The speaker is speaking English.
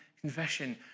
confession